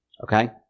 Okay